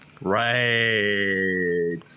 right